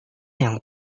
yang